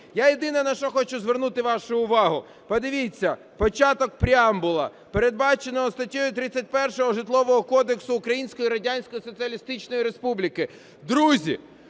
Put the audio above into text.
Я єдине, на що хочу звернути вашу увагу. Подивіться початок, преамбула: "… передбаченого статтею 31 Житлового кодексу Української Радянської Соціалістичної Республіки". Друзі,